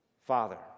Father